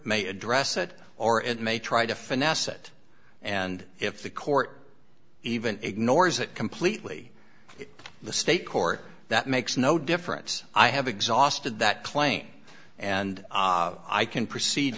may address it or it may try to finesse it and if the court even ignores it completely if the state court that makes no difference i have exhausted that claim and i can proceed